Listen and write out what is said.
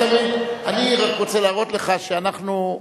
אני רק רוצה להראות לך שאנחנו,